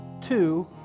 two